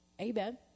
Amen